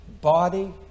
Body